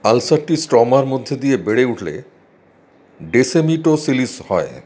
আলসারটি স্ট্রমার মধ্যে দিয়ে বেড়ে উঠলে ডেসেমিটোসিল হয়